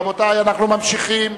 רבותי, אנחנו ממשיכים.